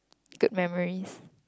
good memories